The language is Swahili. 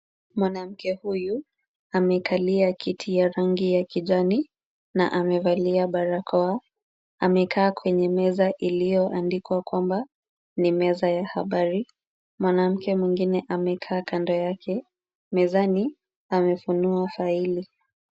Mwanamke huyu amekalia kiti ya rangi ya kijani na amevalia barakoa, amekaa kwenye meza iliyoandikwa kwamba ni meza ya habari. Mwanamke mwingine amekaa kando yake, mezani amefunua faili.